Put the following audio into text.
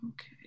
Okay